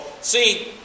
See